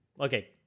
Okay